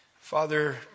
Father